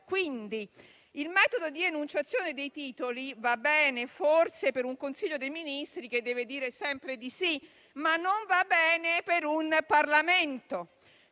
quindi. Il metodo di enunciazione dei titoli va bene, forse, per un Consiglio dei ministri, che deve dire sempre di sì, ma non va bene per un Parlamento.